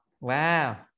wow